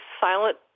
silent